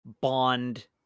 Bond